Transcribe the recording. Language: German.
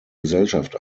gesellschaft